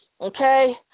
okay